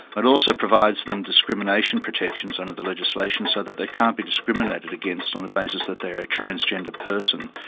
but also provides them discrimination protections under the legislation, so that they can't be discriminated against on the basis that they're a transgender person.